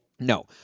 No